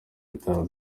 bitaro